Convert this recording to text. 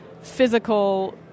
physical